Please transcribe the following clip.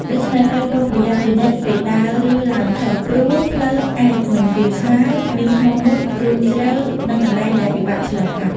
ដូច្នេះ ត្រូវប្រុងប្រយ័ត្នជានិច្ចពេលដើរ ឬឡើងចុះ ព្រោះផ្លូវអាចមិនរាបស្មើ មានថ្មមុត រូងជ្រៅ និងកន្លែងដែលពិបាកឆ្លងកាត់។